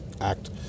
act